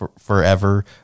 forever